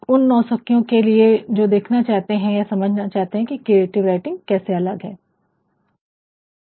उन नौसिखियों के लिए जो देखना चाहते है समझना चाहते है की क्रिएटिव राइटिंग कैसे अलग है